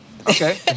Okay